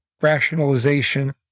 rationalization